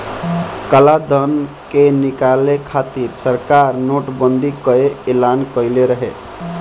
कालाधन के निकाले खातिर सरकार नोट बंदी कअ एलान कईले रहे